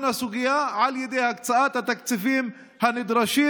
הסוגיה על ידי הקצאת התקציבים הנדרשים,